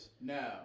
No